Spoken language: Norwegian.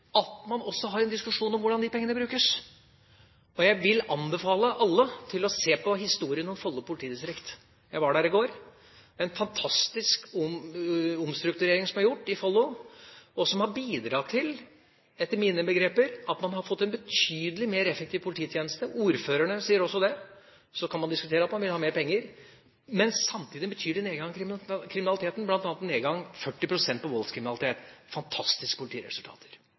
at man også har en diskusjon om hvordan de pengene brukes. Og jeg vil anbefale alle å se på historien om Follo politidistrikt. Jeg var der i går. Det er en fantastisk omstrukturering som er gjort i Follo, og som etter mine begreper har bidratt til at man har fått en betydelig mer effektiv polititjeneste. Ordførerne sier også det. Så kan man diskutere at man vil ha mer penger. Men samtidig er det en betydelig nedgang i kriminaliteten, bl.a. en nedgang på 40 pst. i voldskriminaliteten. Det er fantastiske politiresultater.